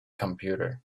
computer